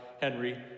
Henry